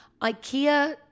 IKEA